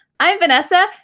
i'm vanessa,